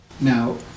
Now